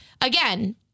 again